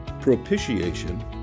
propitiation